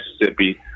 Mississippi